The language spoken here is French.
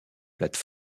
plate